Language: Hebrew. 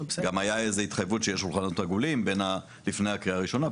גם הייתה איזו התחייבות שיהיו שולחנות עגולים לפני הקריאה הראשונה,